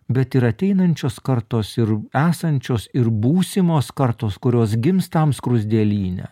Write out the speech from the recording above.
bet ir ateinančios kartos ir esančios ir būsimos kartos kurios gims tam skruzdėlyne